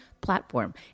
platform